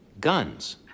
guns